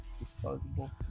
disposable